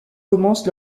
commence